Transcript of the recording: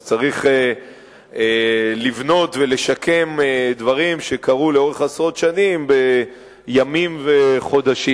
אז צריך לבנות ולשקם דברים שקרו לאורך עשרות שנים בימים וחודשים,